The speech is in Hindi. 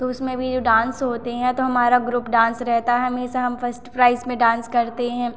तो उसमें भी जो डांस होते हैं तो हमारा ग्रुप डांस रहता है हमेशा हम फर्स्ट प्राइज में डांस करते हैं